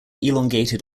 elongated